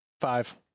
Five